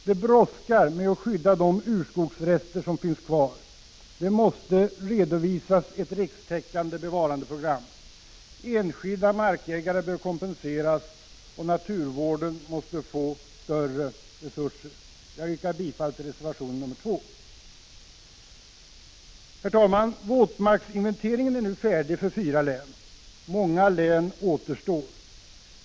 Det brådskar att skydda de urskogsrester som finns kvar. Det måste redovisas ett rikstäckande bevarandeprogram. Enskilda markägare bör kompenseras, och naturvården måste få större resurser. Jag yrkar bifall till reservation 2. Herr talman! Våtmarksinventeringen är nu färdig för fyra län. Många län återstår.